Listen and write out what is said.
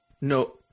No